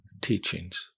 teachings